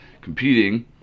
competing